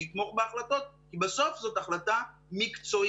המקצועי שיתמוך בהחלטות כי בסוף זאת החלטה מקצועית.